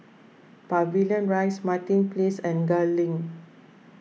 Pavilion Rise Martin Place and Gul Link